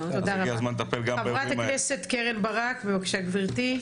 הגיע הזמן לטפל גם באירועים האלה.